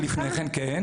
כן.